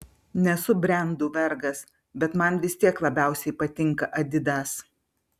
nesu brendų vergas bet man vis tiek labiausiai patinka adidas